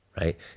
right